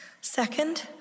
Second